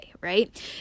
right